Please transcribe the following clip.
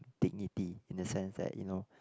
dignity in a sense that you know